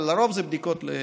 אבל לרוב זה בדיקות לגילוי.